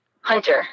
Hunter